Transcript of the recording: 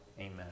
Amen